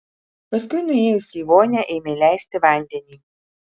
paskui nuėjusi į vonią ėmė leisti vandenį